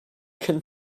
can